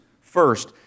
first